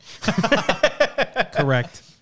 Correct